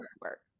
work